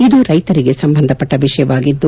ಇದು ರೈತರಿಗೆ ಸಂಬಂಧಪಟ್ಟ ವಿಷಯವಾಗಿದ್ದು